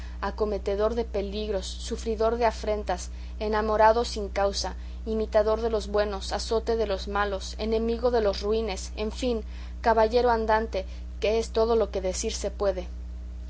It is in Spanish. humildes acometedor de peligros sufridor de afrentas enamorado sin causa imitador de los buenos azote de los malos enemigo de los ruines en fin caballero andante que es todo lo que decir se puede